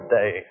day